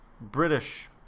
British